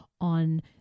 on